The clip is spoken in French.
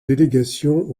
délégation